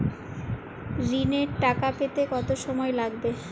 ঋণের টাকা পেতে কত সময় লাগবে?